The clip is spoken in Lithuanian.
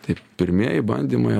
tai pirmieji bandymai